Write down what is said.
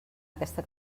aquesta